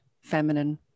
feminine